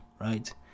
right